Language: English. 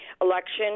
election